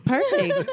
Perfect